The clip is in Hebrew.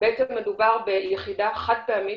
מדובר ביחידה חד פעמית,